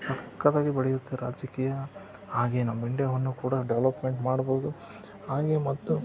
ಸಕ್ಕತ್ತಾಗಿ ಬೆಳೆಯುತ್ತೆ ರಾಜಕೀಯ ಹಾಗೇ ನಮ್ಮ ಇಂಡಿಯಾವನ್ನು ಕೂಡ ಡೆವಲಪ್ಮೆಂಟ್ ಮಾಡ್ಬೋದು ಹಾಗೇ ಮತ್ತು